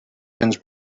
cents